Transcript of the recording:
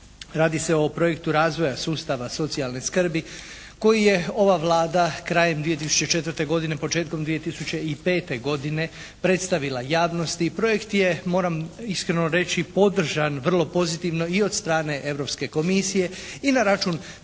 Radi se o projektu razvoja sustava socijalne skrbi koji je ova Vlada krajem 2004. godine, početkom 2005. godine predstavila javnosti. Projekt je moram iskreno reći podržan vrlo pozitivno i od strane Europske komisije i na račun toga